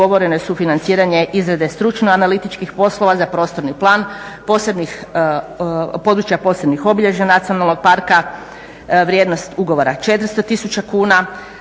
ugovoreno je sufinanciranje izrade stručno analitičkih poslova za prostorni plan područja posebnih obilježja nacionalnog parka, vrijednost ugovora je 400 tisuća